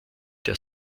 der